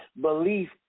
belief